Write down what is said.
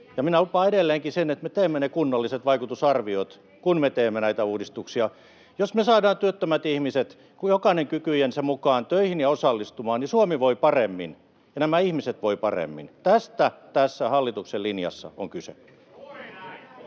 minä lupaan edelleenkin sen, että me teemme ne kunnolliset vaikutusarviot, kun me teemme näitä uudistuksia. Jos me saadaan työttömät ihmiset — jokainen kykyjensä mukaan — töihin ja osallistumaan, niin Suomi voi paremmin ja nämä ihmiset voivat paremmin. Tästä tässä hallituksen linjassa on kyse.